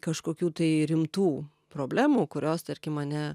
kažkokių tai rimtų problemų kurios tarkim mane